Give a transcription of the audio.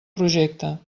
projecte